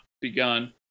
begun